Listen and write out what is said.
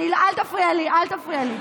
אל תפריע לי.